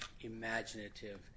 imaginative